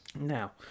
Now